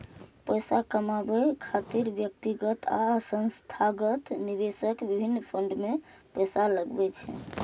पैसा कमाबै खातिर व्यक्तिगत आ संस्थागत निवेशक विभिन्न फंड मे पैसा लगबै छै